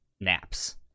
naps